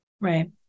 Right